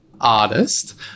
artist